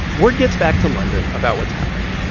word gets back to london about what's happened,